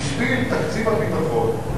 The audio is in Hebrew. בשביל תקציב הביטחון,